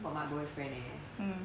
mm